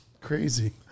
crazy